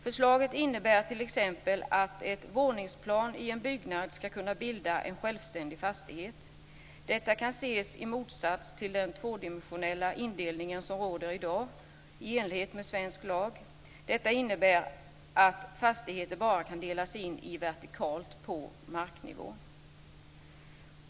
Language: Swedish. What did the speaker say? Förslaget innebär t.ex. att ett våningsplan i en byggnad ska kunna bilda en självständig fastighet. Detta kan ses i motsats till den tvådimensionella indelning som råder i dag i enlighet med svensk lag. Det innebär att fastigheter bara kan delas in vertikalt på marknivå.